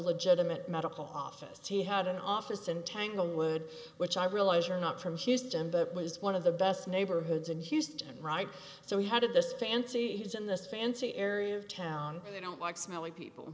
legitimate medical office he had an office in tanglewood which i realize you're not from houston but it was one of the best neighborhoods in houston right so we had this fancy in this fancy area of town they don't like smelly people